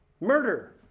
Murder